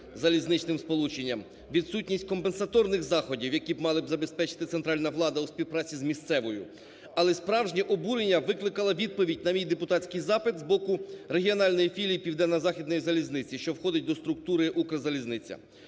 залізничним сполученням, відсутність компенсаторних заходів, які б мала забезпечити центральна влада у співпраці з місцевою. Але справжнє обурення викликала відповідь на мій депутатський запит з боку регіональної філії Південно-Західної залізниці, що входить до структури "Укрзалізниця".